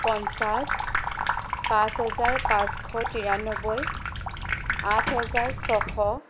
পঞ্চাছ পাঁচ হাজাৰ পাঁচশ তিৰান্নব্বৈ আঠ হাজাৰ ছশ